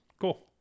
Cool